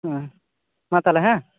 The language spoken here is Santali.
ᱢᱟ ᱛᱟᱦᱚᱞᱮ ᱦᱮᱸ